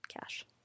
cash